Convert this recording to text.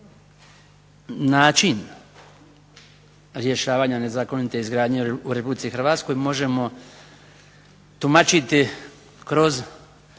način rješavanja nezakonite izgradnje u Republici Hrvatskoj možemo tumačiti kroz